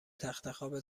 تختخواب